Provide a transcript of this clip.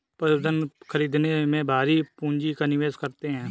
पशुधन खरीदने में भारी पूँजी का निवेश करते हैं